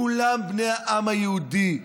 כולם בני העם היהודי.